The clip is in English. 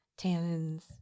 tannins